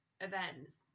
events